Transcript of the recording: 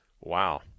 Wow